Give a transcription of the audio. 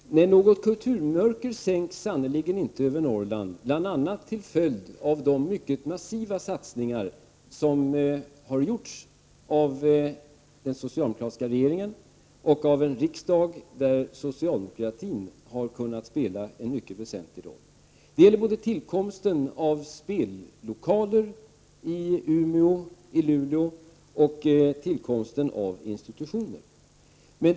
Herr talman! Nej, något kulturmörker sänks sannerligen inte över Norrland, bl.a. till följd av de mycket massiva satsningar som gjorts av den socialdemokratiska regeringen och av en riksdag, där socialdemokratin har kunnat spela en mycket väsentlig roll. Det har skett genom tillkomsten av spellokaler i Umeå och Luleå och genom tillkomsten av institutioner.